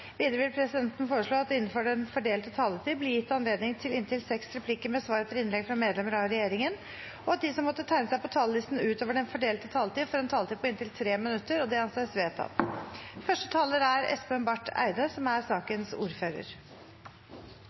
Videre vil presidenten foreslå at det – innenfor den fordelte taletid – blir gitt anledning til inntil seks replikker med svar etter innlegg fra medlemmer av regjeringen, og at de som måtte tegne seg på talerlisten utover den fordelte taletid, får en taletid på inntil 3 minutter. – Det anses vedtatt.